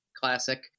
classic